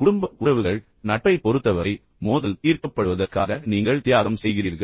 குறிப்பாக குடும்ப உறவுகள் மற்றும் பின்னர் நட்பைப் பொறுத்தவரை சில சமயங்களில் மோதல் தீர்க்கப்படுவதற்காக நீங்கள் தியாகம் செய்கிறீர்கள்